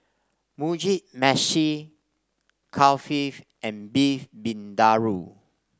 Mugi Meshi Kulfi and Beef Vindaloo